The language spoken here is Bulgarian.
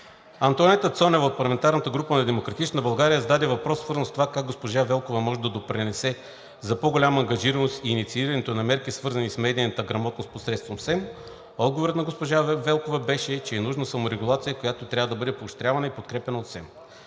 Антоанета Цонeва от парламентарната група на „Демократична България“ зададе въпрос, свързан с това как госпожа Велкова може да допринесе за по-голямата ангажираност и инициирането на мерки, свързани с медиийната грамотност посредством СЕМ. Отговорът на госпожа Велкова беше, че е нужна саморегулация, която би трябвало да бъде поощрявана и подкрепяна от СЕМ.